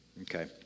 Okay